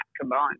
combined